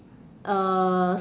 uh